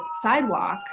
sidewalk